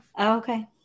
Okay